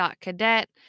Cadet